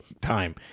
time